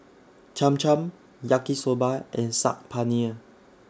Cham Cham Yaki Soba and Saag Paneer